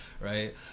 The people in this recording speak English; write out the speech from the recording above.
Right